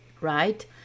right